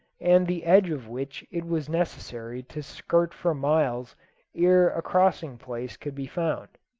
and the edge of which it was necessary to skirt for miles ere a crossing-place could be found.